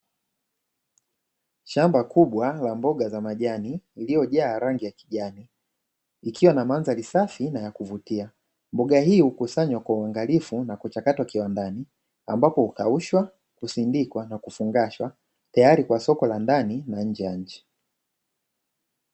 Shamba kubwa la mboga za majani iliyojaa rangi ya kijani, ikiwa na mandhari safi na ya kuvutia. Mboga hii hukusanywa kwa uangalifu na kuchakatwa kiwandani, ambako hukaushwa, husindikwa na kufungashwa. Tayari kwa soko la ndani na nje ya nchi.